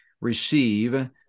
receive